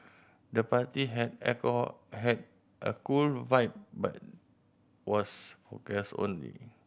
the party had alcohol had a cool vibe but was for guest only